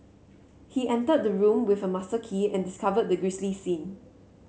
he entered the room with a master key and discovered the grisly scene